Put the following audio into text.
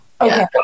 okay